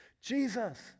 Jesus